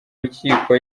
rukiko